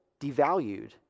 devalued